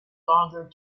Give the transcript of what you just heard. longer